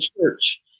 church